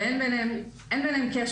ואין ביניהן קשר.